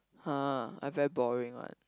[huh] I very boring one